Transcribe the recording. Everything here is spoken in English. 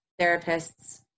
therapists